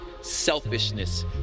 selfishness